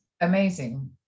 amazing